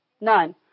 None